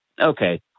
okay